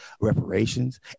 reparations